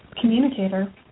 communicator